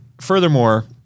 furthermore